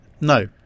No